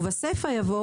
ובסיפא יבוא,